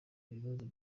ibibazo